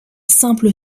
simple